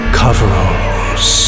coveralls